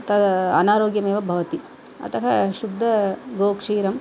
अनारोग्यमेव भवति अतः शुद्ध गोक्षीरं